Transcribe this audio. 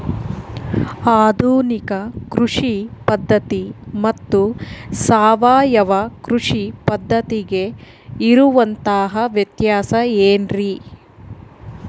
ಆಧುನಿಕ ಕೃಷಿ ಪದ್ಧತಿ ಮತ್ತು ಸಾವಯವ ಕೃಷಿ ಪದ್ಧತಿಗೆ ಇರುವಂತಂಹ ವ್ಯತ್ಯಾಸ ಏನ್ರಿ?